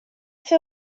fer